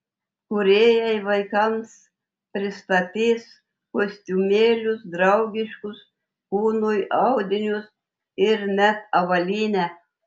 kūrėjai vaikams pristatys kostiumėlius draugiškus kūnui audinius ir net avalynę